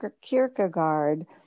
Kierkegaard